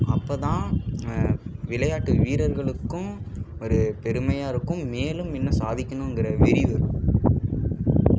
அப்போதான் விளையாட்டு வீரர்களுக்கும் ஒரு பெருமையாக இருக்கும் மேலும் இன்னும் சாதிக்கணுங்கிற வெறி வரும்